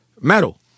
metal